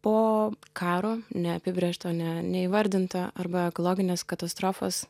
po karo neapibrėžto ne neįvardinto arba ekologinės katastrofos